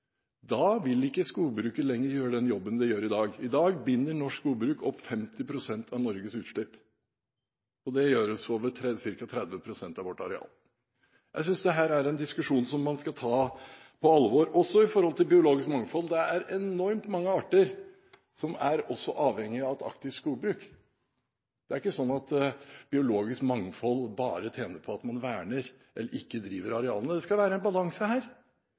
vil ikke skogbruket lenger gjøre den jobben det gjør i dag. I dag binder norsk skogbruk opp 50 pst. av Norges utslipp, og det gjøres over ca. 30 pst. av vårt areal. Jeg synes dette er en diskusjon man skal ta på alvor også med tanke på biologisk mangfold. Det er enormt mange arter som er avhengige av et aktivt skogbruk. Det er ikke sånn at biologisk mangfold bare tjener på at man verner, eller ikke driver arealene. Det skal være en balanse her.